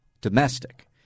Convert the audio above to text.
domestic